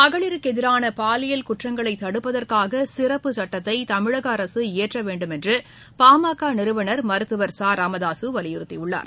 மகளிருக்கு எதிரான பாலியல் குற்றங்களை தடுப்பதற்காக சிறப்பு சட்டத்தை தமிழக அரசு இயற்ற வேண்டுமென்று பாமக நிறுவன் மருத்துவர் ச ராமதாசு வலியுறுத்தியுள்ளார்